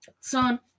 son